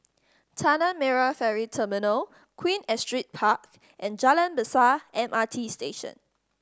Tanah Merah Ferry Terminal Queen Astrid Park and Jalan Besar M R T Station